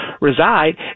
reside